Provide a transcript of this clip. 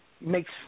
makes